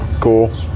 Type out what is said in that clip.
cool